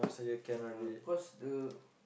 ya because the